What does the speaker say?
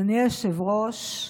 אדוני היושב-ראש,